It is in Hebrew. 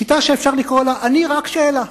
שיטה שאפשר לקרוא לה: אני רק שאלה.